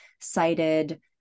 cited